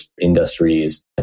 industries